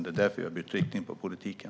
Det är därför vi har bytt riktning i politiken.